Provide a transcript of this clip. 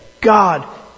God